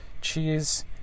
cheese